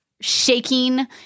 shaking